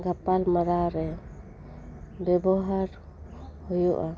ᱜᱟᱯᱟᱞ ᱢᱟᱨᱟᱣ ᱨᱮ ᱵᱮᱵᱚᱦᱟᱨ ᱦᱩᱭᱩᱜᱼᱟ